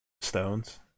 Stones